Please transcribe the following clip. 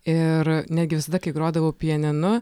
ir netgi visada kai grodavau pianinu